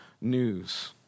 news